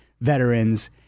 veterans